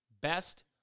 best